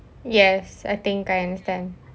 yes I think I understand